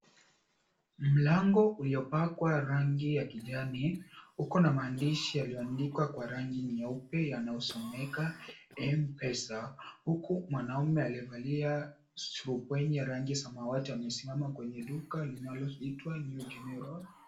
Mlango uliopakwa rangi ya kijani, uko na maandishi yaliyoandikwa kwa rangi nyeupe yanayosomeka, M-pesa. Huku mwanaume aliyevalia surupwenye ya rangi samawati, amesimama kwenye duka linaloitwa, New General.